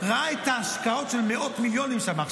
את ההשקעות של מאות מיליונים שם.